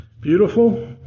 beautiful